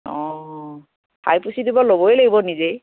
অঁ সাৰি পুচি দিব ল'বই লাগিব নিজেই